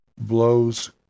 blows